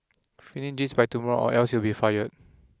finish this by tomorrow or else you'll be fired